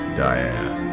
diane